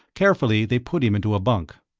carefully, they put him into a bunk.